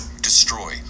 Destroy